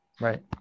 Right